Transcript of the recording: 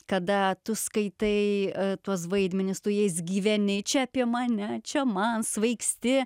kada tu skaitai tuos vaidmenis tu jais gyveni čia apie mane čia man svaigsti